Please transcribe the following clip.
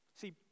See